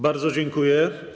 Bardzo dziękuję.